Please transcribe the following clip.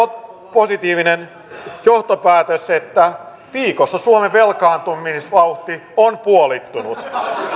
positiivinen johtopäätös että viikossa suomen velkaantumisvauhti on puolittunut